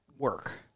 work